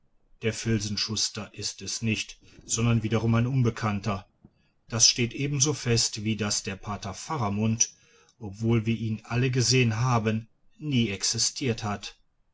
der filzenschuster ist es nicht sondern wiederum ein unbekannter das steht ebenso fest wie daß der pater faramund obwohl wir ihn alle gesehen haben nie existiert hat